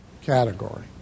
category